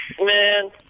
man